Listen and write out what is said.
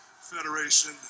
Federation